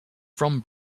from